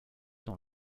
dans